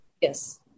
Yes